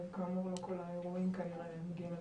כאמור לא כל האירועים כנראה מגיעים אליכם.